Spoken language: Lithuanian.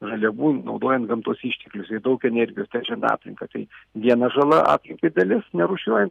žaliavų naudojant gamtos išteklius jei daug energijos teršiam aplinką tai viena žala aplinkai dalis nerūšiuojant